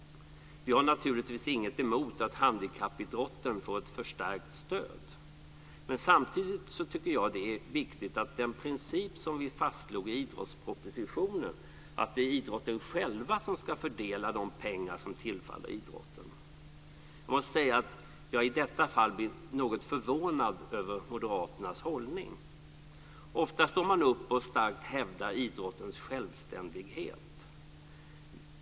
Vi har naturligtvis inget emot att handikappidrotten får ett förstärkt stöd, men samtidigt tycker jag att det är viktigt att den princip som vi fastslog i idrottspropositionen, att det är idrotten själv som ska fördela de pengar som tillfaller idrotten, får gälla. Jag måste säga att jag i detta fall blir något förvånad över Moderaternas hållning. Ofta står man upp och starkt hävdar idrottens självständighet.